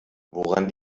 woran